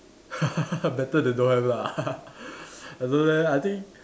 better than don't have lah I don't know leh I think